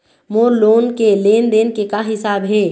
मोर loan के लेन देन के का हिसाब हे?